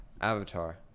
avatar